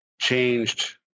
changed